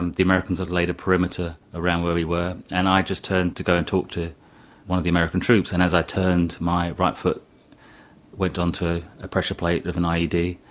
and the americans had laid a perimeter around where we were. and i just turned to go and talk to one of the american troops, and as i turned, my right foot went onto a pressure plate of an ied.